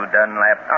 Dunlap